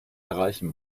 erreichen